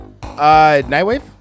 Nightwave